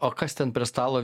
o kas ten prie stalo